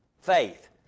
faith